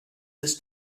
this